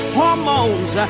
hormones